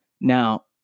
Now